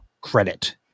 credit